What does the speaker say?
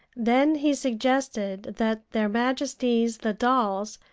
then he suggested that their majesties, the dolls,